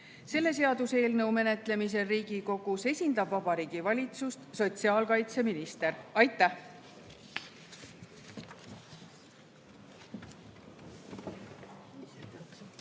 Selle seaduseelnõu menetlemisel Riigikogus esindab Vabariigi Valitsust sotsiaalkaitseminister. Aitäh!